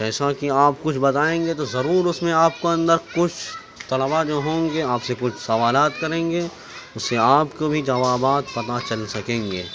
جیسا کہ آپ کچھ بتائیں گے تو ضرور اس میں آپ کو اندر کچھ طلبہ جو ہوں گے آپ سے کچھ سوالات کریں گے اس سے آپ کو بھی جوابات پتا چل سکیں گے